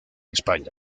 españa